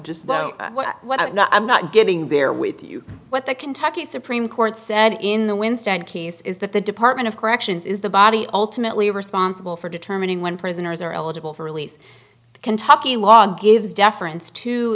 what i'm not getting there with you what the kentucky supreme court said in the winston case is that the department of corrections is the body ultimately responsible for determining when prisoners are eligible for release the kentucky law gives deference to